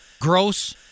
gross